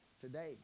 today